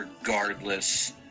regardless